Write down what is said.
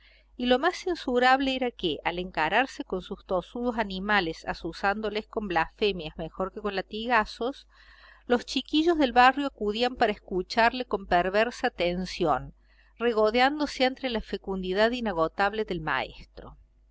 y lo más censurable era que al encararse con sus tozudos animales azuzándoles con blasfemias mejor que con latigazos los chiquillos del barrio acudían para escucharle con perversa atención regodeándose ante la fecundidad inagotable del maestro